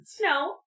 No